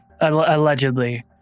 allegedly